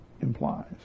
implies